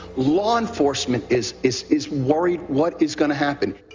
law enforcement is, is, is worried. what is gonna happen?